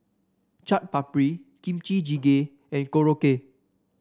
Chaat Papri Kimchi Jjigae and Korokke